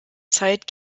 zeit